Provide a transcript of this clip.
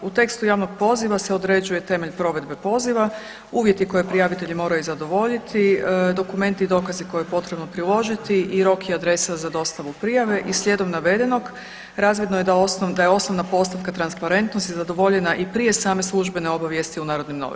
U tekstu javnog poziva se određuje temelj provedbe poziva, uvjeti koje prijavitelji moraju zadovoljiti, dokumenti i dokazi koje je potrebno priložiti i rok i adresa za dostavu prijave i slijedom navedenog, razvidno da je osnovna postavka transparentnosti zadovoljena i prije same službene obavijesti u Narodnim novinama.